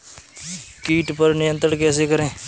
कीट पर नियंत्रण कैसे करें?